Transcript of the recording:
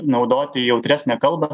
naudoti jautresnę kalbą